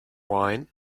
wine